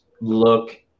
look